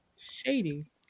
shady